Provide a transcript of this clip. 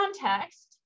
context